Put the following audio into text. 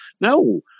No